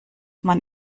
man